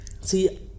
see